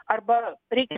arba reikia